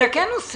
אתה כן עושה.